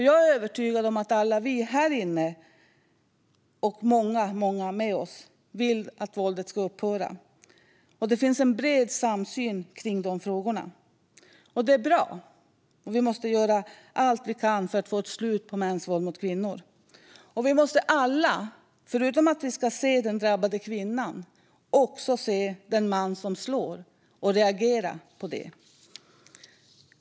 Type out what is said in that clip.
Jag är övertygad om att alla vi här inne och många med oss vill att våldet ska upphöra. Det finns en bred samsyn kring de frågorna. Det är bra. Vi måste göra allt för att få ett slut på mäns våld mot kvinnor. Och vi måste alla förutom att se den drabbade kvinnan också se den man som slår och reagera på det.